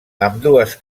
ambdues